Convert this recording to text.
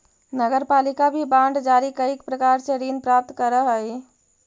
नगरपालिका भी बांड जारी कईक प्रकार से ऋण प्राप्त करऽ हई